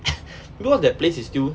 because that place is still